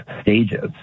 stages